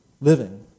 living